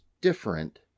different